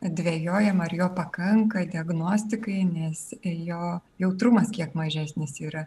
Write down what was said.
dvejojama ar jo pakanka diagnostikai nes jo jautrumas kiek mažesnis yra